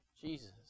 Jesus